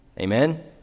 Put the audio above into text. amen